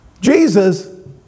Jesus